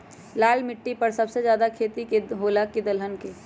लाल मिट्टी पर सबसे ज्यादा खेती फल के होला की दलहन के?